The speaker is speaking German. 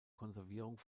konservierung